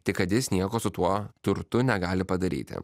tik kad jis nieko su tuo turtu negali padaryti